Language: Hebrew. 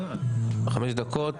חמש דקות,